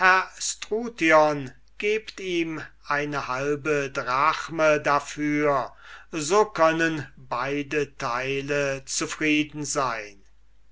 gebt ihm eine halbe drachme dafür so können beide teile zufrieden sein